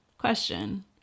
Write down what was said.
Question